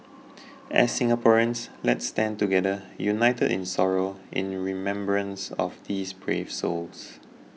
as Singaporeans let us stand together united in sorrow in remembrance of these brave souls